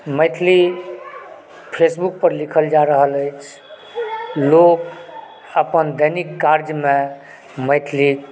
Maithili Facebook पर लिखल जा रहल अछि लोक अपन दैनिक काजमे मैथिली